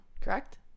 correct